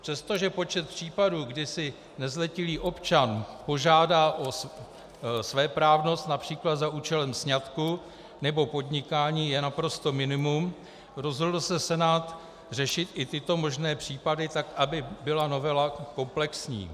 Přestože počet případů, kdy si nezletilý občan požádá o svéprávnost například za účelem sňatku nebo podnikání, je naprosté minimum, rozhodl se Senát řešit i tyto možné případy tak, aby byla novela komplexní.